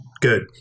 Good